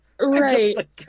Right